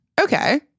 Okay